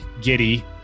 giddy